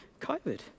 COVID